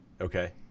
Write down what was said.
Okay